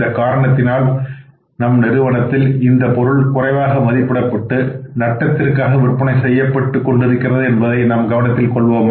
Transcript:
இந்தக் காரணத்தினால் நம் நிறுவனத்தில் இந்தப் பொருள் குறைவாக மதிப்பிடப்பட்டு நட்டத்திற்காகவிற்பனை செய்யப்படுகின்றது என்பதை நாம் கவனத்தில் கொள்வோமாக